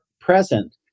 present